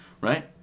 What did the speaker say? right